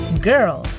Girls